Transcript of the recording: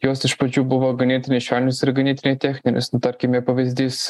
jos iš pradžių buvo ganėtinai švelnios ir ganėtinai techninės tarkime pavyzdys